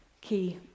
key